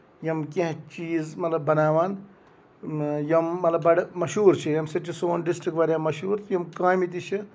یِم کیٚنٛہہ چیٖز مطلب بَناوان یِم مطلب بَڑٕ مَشہوٗر چھِ ییٚمہِ سۭتۍ یہِ سون ڈِسٹرک واریاہ مَشہوٗر تِم کامہِ تہِ چھِ